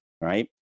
right